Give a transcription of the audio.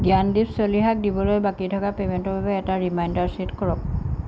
জ্ঞানদীপ চলিহাক দিবলৈ বাকী থকা পে'মেণ্টৰ বাবে এটা ৰিমাইণ্ডাৰ চেট কৰক